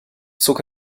zog